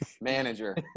Manager